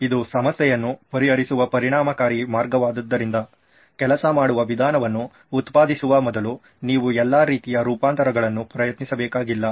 ಇದು ಸಮಸ್ಯೆಯನ್ನು ಪರಿಹರಿಸುವ ಪರಿಣಾಮಕಾರಿ ಮಾರ್ಗವಾದ್ದರಿಂದ ಕೆಲಸ ಮಾಡುವ ವಿಧಾನವನ್ನು ಉತ್ಪಾದಿಸುವ ಮೊದಲು ನೀವು ಎಲ್ಲಾ ರೀತಿಯ ರೂಪಾಂತರಗಳನ್ನು ಪ್ರಯತ್ನಿಸಬೇಕಾಗಿಲ್ಲ